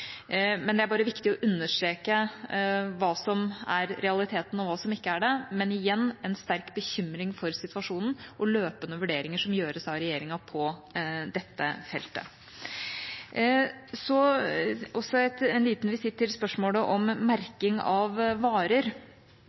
Men igjen: Det er en sterk bekymring for situasjonen, og regjeringa gjør løpende vurderinger på dette feltet. Så en liten visitt til spørsmålet om merking av varer.